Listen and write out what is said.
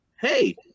hey